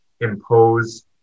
impose